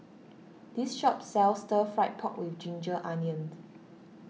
this shop sells Stir Fry Pork with Ginger Onions